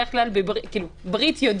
ברית,